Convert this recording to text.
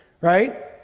right